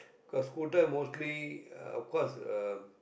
cause scooter mostly uh of course uh